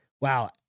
wow